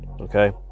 Okay